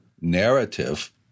narrative